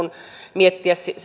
miettiä